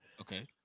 Okay